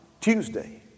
Tuesday